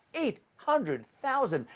eight hundred thousand!